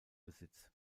besitz